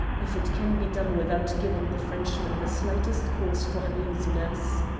if it can be done without giving the frenchman the slightest cause for uneasiness.